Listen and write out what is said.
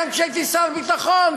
גם כשהייתי שר הביטחון,